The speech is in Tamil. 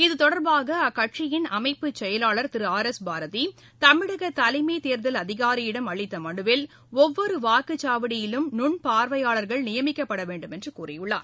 இத்தொடர்பாக அக்கட்சியின் அமைப்பு செயலாளர் திரு ஆர் எஸ் பாரதி தமிழக தலைமை தேர்தல் அதிகாரியிடம் அளித்த மனுவில் ஒவ்வொரு வாக்குச்சாவடியிலும் நுன் பார்வையாளர்கள் நியமிக்கப்பட வேண்டும் என்று கூறியுள்ளார்